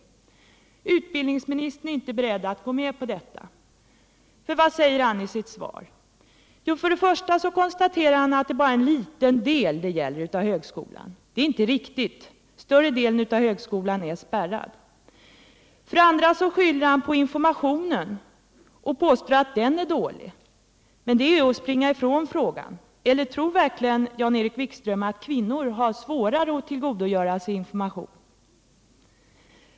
Utbildningsministern är inte beredd att gå med på detta. Om reglerna för För det första, konstaterar utbildningsministern i sitt svar, är det bara en tillträde till högskoliten del av högskolan som berörs av de här förhållandena. Det är inte riktigt. Större delen av högskolan är spärrad. För det andra skyller han på informationen och påstår att den är dålig. Det är att springa ifrån frågan — eller tror verkligen Jan-Erik Wikström att kvinnor har svårare att tillgodogöra sig information?